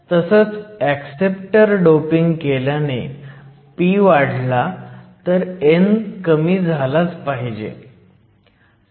तसंच acceptor doping केल्याने p वाढला तर n कमी झालाच पाहिजे